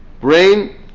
brain